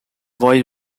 boy